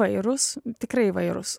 įvairūs tikrai įvairūs